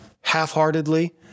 half-heartedly